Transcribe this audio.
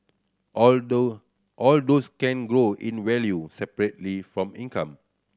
although all those can grow in value separately from income